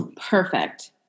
Perfect